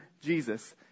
Jesus